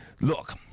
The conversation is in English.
Look